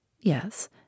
Yes